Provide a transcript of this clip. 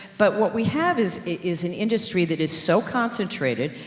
but what we have is is an industry, that is so concentrated.